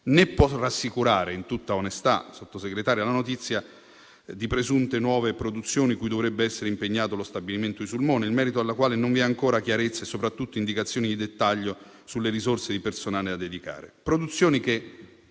Né può rassicurare, in tutta onestà, Sottosegretaria, la notizia di presunte nuove produzioni in cui dovrebbe essere impegnato lo stabilimento di Sulmona, in merito alle quali non vi è ancora chiarezza e soprattutto non vi sono indicazioni di dettaglio sulle risorse di personale da dedicarvi.